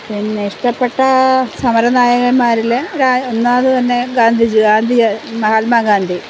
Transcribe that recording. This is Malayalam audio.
പിന്നെ ഇഷ്ടപ്പെട്ട സമരനായകൻമാരില് ഞാൻ ഒന്നാമതു തന്നെ ഗാന്ധിജി മഹാത്മാഗാന്ധി